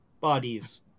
bodies